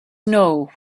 know